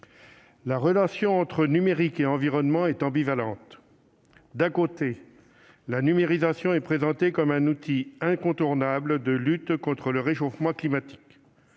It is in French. la relation entre numérique et environnement est ambivalente. D'un côté, la numérisation est présentée comme un outil incontournable de lutte contre le réchauffement climatique.